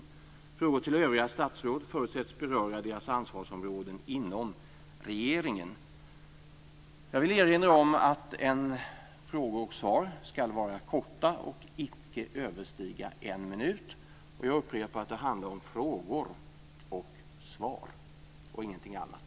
Frågor till övriga statsråd förutsätts beröra deras ansvarsområden inom regeringen. Jag vill erinra om att frågor och svar ska vara korta och icke överstiga en minut. Jag upprepar att det handlar om frågor och svar, ingenting annat.